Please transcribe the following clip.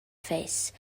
face